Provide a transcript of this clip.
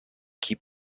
keep